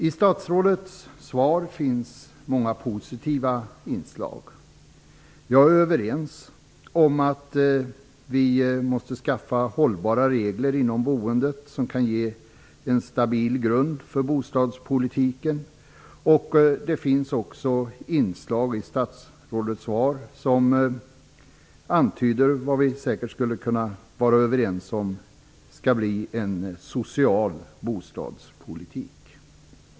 I statsrådets svar finns många positiva inslag. Jag är överens med honom om att vi måste skaffa hållbara regler inom boendet som kan ge en stabil grund för bostadspolitiken. Det finns också inslag i statsrådets svar som antyder, vilket vi säkert också skulle kunna vara överens om, att det skall bli en social bostadspolitik.